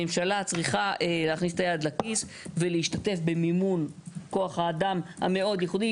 הממשלה צריכה להכניס את היד לכיס ולהשתתף במימון כוח האדם המאוד ייחודי.